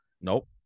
Nope